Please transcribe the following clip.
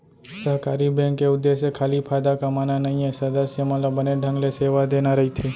सहकारी बेंक के उद्देश्य खाली फायदा कमाना नइये, सदस्य मन ल बने ढंग ले सेवा देना रइथे